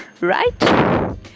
right